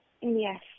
Yes